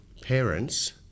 parents